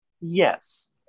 yes